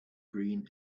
green